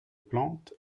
plantes